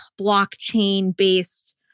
blockchain-based